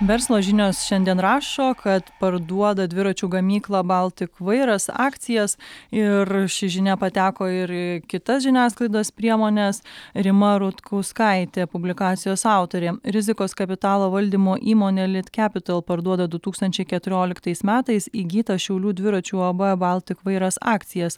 verslo žinios šiandien rašo kad parduoda dviračių gamyklą baltik vairas akcijas ir ši žinia pateko ir į kitas žiniasklaidos priemones rima rutkauskaitė publikacijos autorė rizikos kapitalo valdymo įmonė litcapital parduoda du tūkstančiai keturioliktais metais įgytą šiaulių dviračių uab baltik vairas akcijas